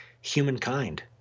humankind